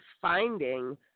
finding